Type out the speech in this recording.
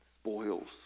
spoils